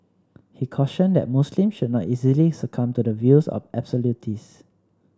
he cautioned that Muslims should not easily succumb to the views of absolutists